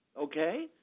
okay